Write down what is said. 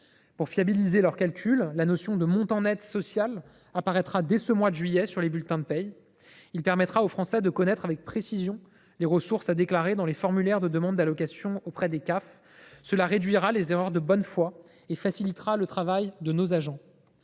Pour fiabiliser leur calcul, la notion de « montant net social » apparaîtra dès ce mois de juillet sur les bulletins de paie. Il permettra aux Français de connaître avec précision les ressources à déclarer dans les formulaires de demandes d’allocations auprès des CAF. Cela réduira les erreurs de bonne foi et facilitera le travail de nos agents.